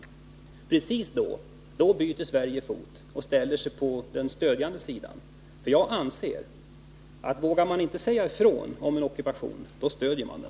Men precis då byter Sverige fot och ställer sig på den stödjande sidan. Jag anser att om man inte vågar säga ifrån om en ockupation, då stöder man den.